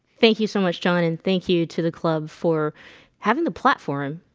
thank you so much john, and thank you to the club for having the platform,